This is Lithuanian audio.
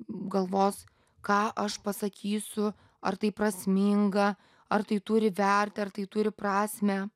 galvos ką aš pasakysiu ar tai prasminga ar tai turi vertę ar tai turi prasmę